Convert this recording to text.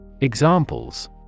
Examples